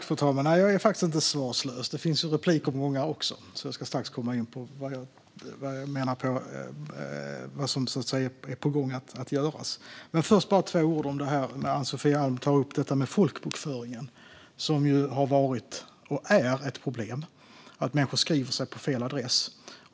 Fru talman! Nej, jag är faktiskt inte svarslös. Det blir en replikomgång här också, så jag ska strax komma in på vad som är på gång att göras. Men först bara två ord om detta med folkbokföringen, som Ann-Sofie Alm tar upp. Det har ju varit och är ett problem att människor skriver sig på fel adress.